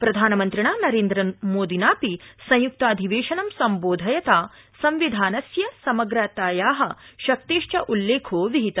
प्रधानमन्त्रिणा नरेन्द्रमोदिनापि संयुक्ताधिवेशनं सम्बोधयता संविधानस्य समग्रताया शक्तेशच उल्लेखो विहित